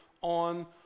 on